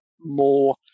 more